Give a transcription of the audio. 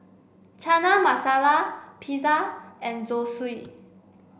Chana Masala Pizza and Zosui